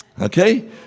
Okay